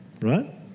right